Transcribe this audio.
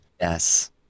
yes